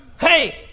Hey